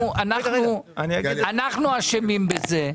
אנחנו אשמים בזה.